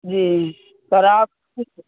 जी sir आप कुछ